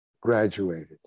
graduated